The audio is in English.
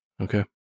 okay